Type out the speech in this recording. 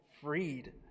freed